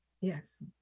yes